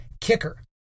kicker